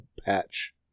patch